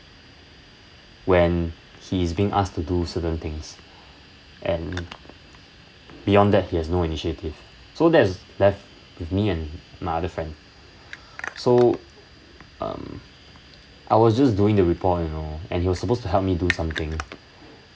when he is being asked to do certain things and beyond that he has no initiative so that's left with me and my other friend so um I was just doing the report you know and he was supposed to help me do something